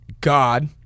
God